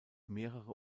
mehrere